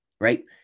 right